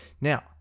Now